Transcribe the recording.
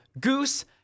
Goose